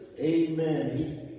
Amen